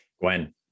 Gwen